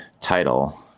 title